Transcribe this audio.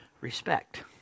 Respect